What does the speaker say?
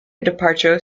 departure